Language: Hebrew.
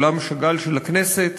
אולם שאגאל של הכנסת,